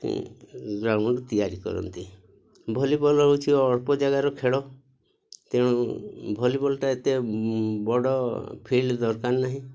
ground ତିଆରି କରନ୍ତି volleyball ହେଉଛି ଅଳ୍ପ ଜାଗାର ଖେଳ ତେଣୁ ଭଲିବଲ୍ଟା ଏତେ ବଡ଼ ଫିଲ୍ଡ୍ ଦରକାର ନାହିଁ